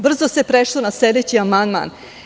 Brzo ste prešli na sledeći amandman.